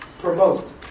Promote